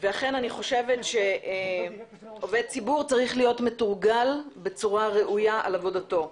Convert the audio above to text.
ולכן אני חושבת שעובד ציבור צריך להיות מתורגל בצורה ראויה על עבודתו.